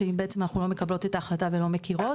שאם בעצם אנחנו לא מקבלות את ההחלטה ולא מכירות,